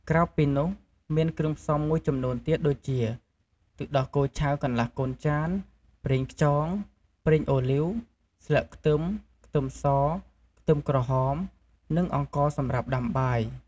ក្រៅពីនោះមានគ្រឿងផ្សំមួយចំនួនទៀតដូចជា ទឹកដោះគោឆៅកន្លះកូនចាន ប្រេងខ្យង ប្រេងអូលីវ ស្លឹកខ្ទឹម ខ្ទឹមស ខ្ទឹមក្រហម និងអង្ករសម្រាប់ដាំបាយ។